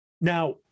Now